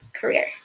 career